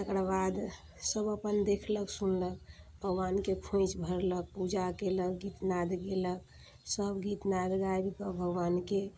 तकरा बाद सब अपन देखलक सुनलक भगवानके खोञ्छि भरलक पूजा केलक गीत नाद गेलक सब गीत नाद गाबिके भगवानके